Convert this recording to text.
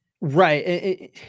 Right